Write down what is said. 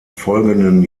folgenden